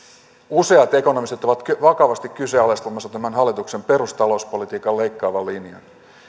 useat ekonomistit ovat vakavasti kyseenalaistamassa tämän hallituksen perustalouspolitiikan leikkaavan linjan